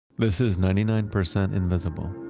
this is ninety nine percent invisible.